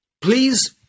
please